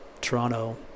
toronto